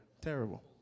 Terrible